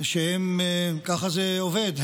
ככה זה עובד,